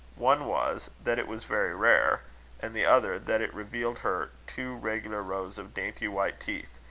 one was, that it was very rare and the other, that it revealed her two regular rows of dainty white teeth,